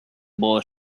boy